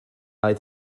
oedd